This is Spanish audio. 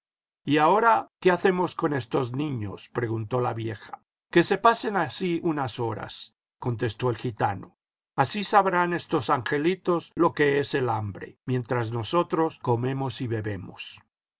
y ahora qué hacemos con estos niños preguntó la vieja que se pasen así unas horas contestó el gitano así sabrán estos angelitos lo que es el hambre mientras nosotros comemos y bebemos